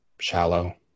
shallow